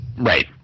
Right